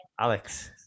Alex